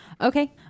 Okay